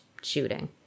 shooting